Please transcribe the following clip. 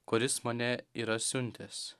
kuris mane yra siuntęs